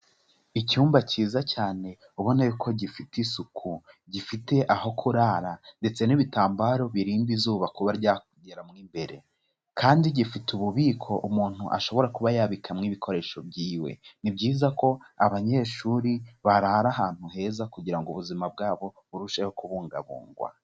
Icyumba cyiza cyane ubona yuko gifite isuku, gifite aho kurara ndetse n'ibitambaro birinda izuba kuba ryageramo imbere, kandi gifite ububiko umuntu ashobora kuba yabikamo ibikoresho byiwe, ni byiza ko abanyeshuri barara ahantu heza kugira ubuzima bwabo burusheho kubungabungwa.